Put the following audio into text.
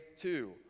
two